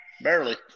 Barely